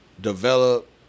develop